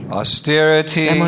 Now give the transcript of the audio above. austerity